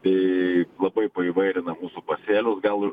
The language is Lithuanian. tai labai paįvairina mūsų pasėlius gal ir